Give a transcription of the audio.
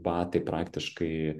batai praktiškai